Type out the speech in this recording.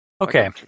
okay